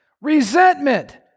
resentment